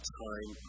time